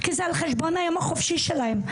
כי זה על חשבון היום החופשי שלהן.